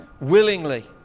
willingly